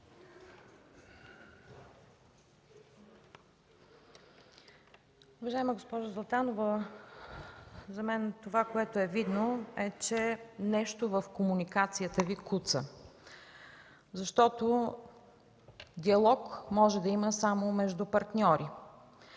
Уважаема госпожо Златанова, за мен е видно, че нещо в комуникацията Ви куца. Диалог може да има само между партньори,